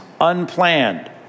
unplanned